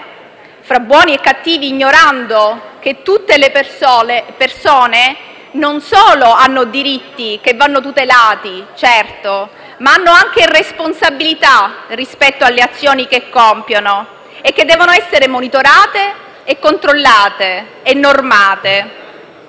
volontariamente - ignorando che tutte le persone non solo hanno diritti che vanno certamente tutelati, ma hanno anche responsabilità rispetto alle azioni che compiono, che devono essere monitorate, controllate e normate,